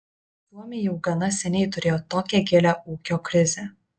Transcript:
suomiai jau gana seniai turėjo tokią gilią ūkio krizę